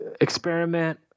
experiment